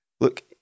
look